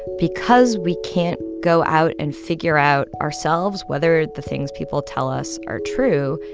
because we can't go out and figure out ourselves whether the things people tell us are true,